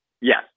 Yes